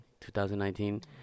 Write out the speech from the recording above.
2019